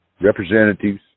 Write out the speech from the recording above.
representatives